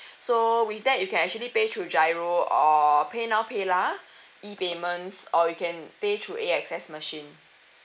so with that you can actually pay through giro or PayNow PayLah E payments or you can pay through A_X_S machine